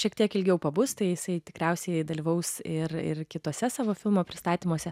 šiek tiek ilgiau pabus tai jisai tikriausiai dalyvaus ir ir kituose savo filmo pristatymuose